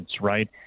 right